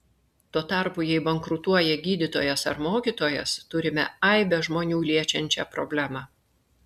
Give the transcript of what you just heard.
tuo tarpu jei bankrutuoja gydytojas ar mokytojas turime aibę žmonių liečiančią problemą